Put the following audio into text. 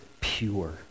pure